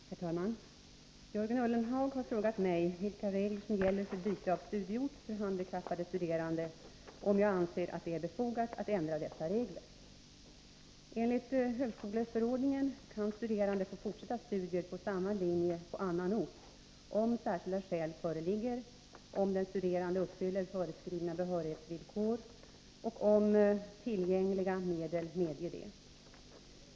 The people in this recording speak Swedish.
Herr talman! Jörgen Ullenhag har frågat mig vilka regler som gäller för byte av studieort för handikappade studerande och om jag anser det befogat att ändra dessa regler. Enligt högskoleförordningen kan studerande få fortsätta studier på samma linje på annan ort om särskilda skäl föreligger, om den studerande uppfyller föreskrivna behörighetsvillkor och om tillgängliga medel medger det.